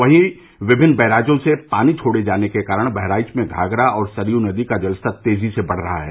वहीं विभिन्न बैराजों से पानी छोड़े जाने के कारण बहराइच में घाघरा और सरयू नदी का जल स्तर तेजी से बढ़ रहा है